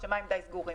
השמים די סגורים.